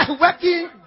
working